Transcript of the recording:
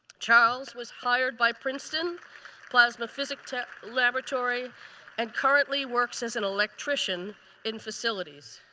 charles was hired by princeton plasma physics laboratory and currently works as an electrician in facilities.